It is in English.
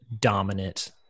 dominant